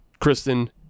Kristen